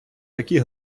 такі